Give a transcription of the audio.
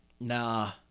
nah